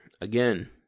again